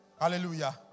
Hallelujah